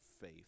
faith